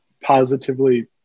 positively